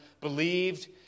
believed